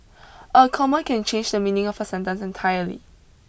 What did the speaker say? a comma can change the meaning of a sentence entirely